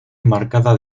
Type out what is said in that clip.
enmarcada